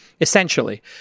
essentially